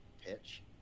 pitch